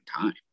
time